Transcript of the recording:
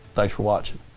thanks for watching.